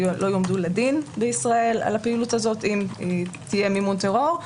לדין בישראל על הפעילות הזאת אם היא תהיה מימון טרור,